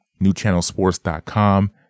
newchannelsports.com